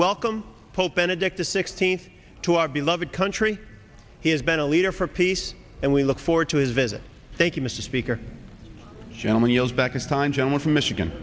welcome pope benedict the sixteenth to our beloved country he has been a leader for peace and we look forward to his visit thank you mr speaker gentlemen yells back this time gentleman from michigan